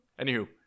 Anywho